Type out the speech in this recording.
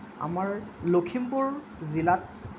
আমাৰ লখিমপুৰ জিলাত